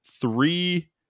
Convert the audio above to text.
three